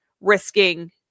risking